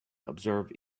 observe